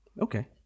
Okay